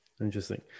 interesting